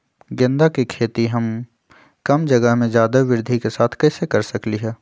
गेंदा के खेती हम कम जगह में ज्यादा वृद्धि के साथ कैसे कर सकली ह?